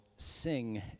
sing